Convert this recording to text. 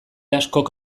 askok